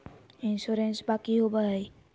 इंसोरेंसबा की होंबई हय?